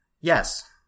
Yes